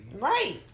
Right